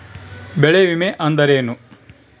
ಬೆಳೆ ವಿಮೆ ಅಂದರೇನು?